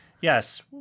Yes